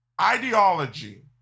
ideology